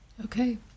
Okay